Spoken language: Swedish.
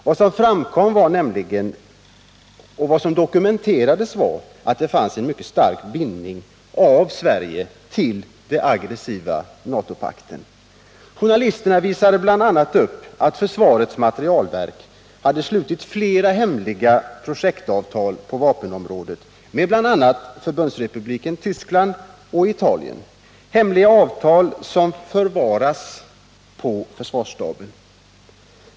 Vad som framkom och vad som dokumenterades var nämligen att Sverige hade en mycket stark bindning till den aggressiva NATO-pakten. Journalisterna visade bl.a. att försvarets materielverk hade slutit flera hemliga projektavtal på vapenområdet med bl.a. Förbundsrepubliken Tyskland och Italien, hemliga avtal som förvaras på försvarsstaben.